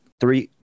three